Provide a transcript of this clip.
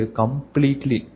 completely